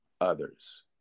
others